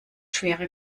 schwere